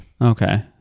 Okay